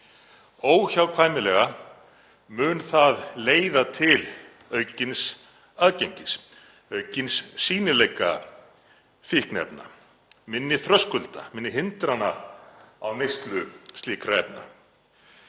Óhjákvæmilega mun það leiða til aukins aðgengis, aukins sýnileika fíkniefna, lægri þröskulda, minni hindrana á neyslu slíkra efna.